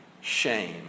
shame